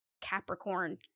Capricorn